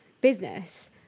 business